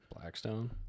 Blackstone